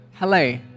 Hello